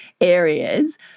areas